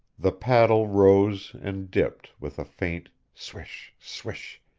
the paddle rose and dipped with a faint swish, swish,